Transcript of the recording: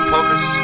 Focus